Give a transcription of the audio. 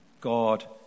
God